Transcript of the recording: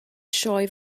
sioe